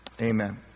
Amen